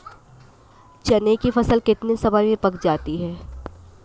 चने की फसल कितने समय में पक जाती है?